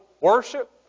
worship